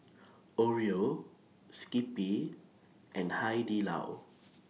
Oreo Skippy and Hai Di Lao